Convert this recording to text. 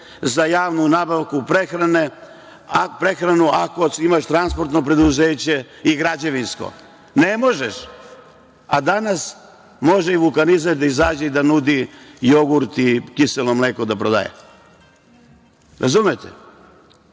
za javnu nabavku prehrane ako imaš transportno preduzeće i građevinsko. Ne možeš. Danas može i vulkanizer da izađe i da nudi jogurt i kiselo mleko da prodaje. Razumete? Drago